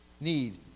need